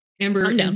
Amber